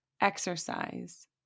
Exercise